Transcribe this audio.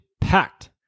packed